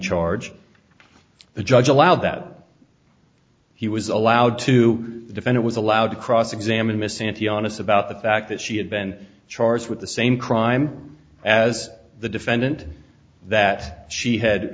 charge the judge allowed that he was allowed to defend it was allowed to cross examine miss anthony on us about the fact that she had been charged with the same crime as the defendant that she had